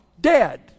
Dead